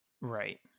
right